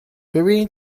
ببینین